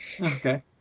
okay